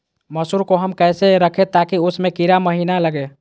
मसूर को हम कैसे रखे ताकि उसमे कीड़ा महिना लगे?